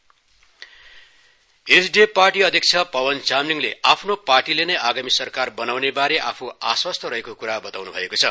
SDF SDF party अध्यक्ष पवन चामलिगले आफ्नो पार्टीले नै आगामी सरकार बनाउने बारे आफू आश्वसत रहेको क्रा बताउन् भएको छ